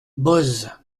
boz